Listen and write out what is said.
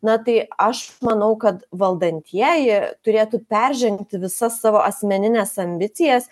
na tai aš manau kad valdantieji turėtų peržengti visas savo asmenines ambicijas